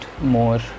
more